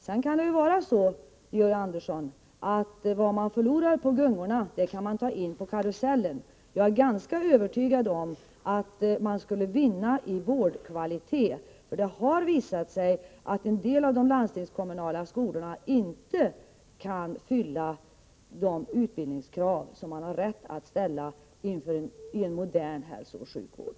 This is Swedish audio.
Sedan kan det vara så, Georg Andersson, att vad man förlorar på gungorna kan man ta in på karusellen. Jag är ganska övertygad om att man skulle vinna i vårdkvalitet. Det har visat sig att en del av de landstingskommunala skolorna inte kan fylla de utbildningskrav som man har rätt att ställa i en modern hälsooch sjukvård.